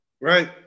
Right